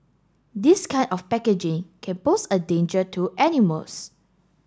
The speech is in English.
this kind of packaging can pose a danger to animals